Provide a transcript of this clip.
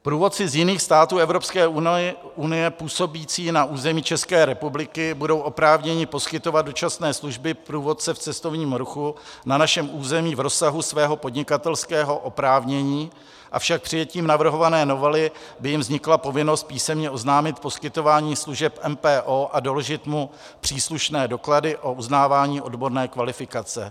Průvodci z jiných států Evropské unie, působící na území České republiky budou oprávněni poskytovat dočasné služby průvodce v cestovním ruchu na našem území v rozsahu svého podnikatelského oprávnění, avšak přijetím navrhované novely by jim vznikla povinnost písemně oznámit poskytování služeb MPO a doložit mu příslušné doklady o uznávání odborné kvalifikace.